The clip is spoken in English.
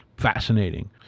Fascinating